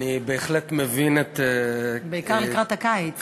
אני בהחלט מבין את, בעיקר לקראת הקיץ.